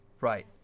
Right